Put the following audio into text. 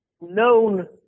known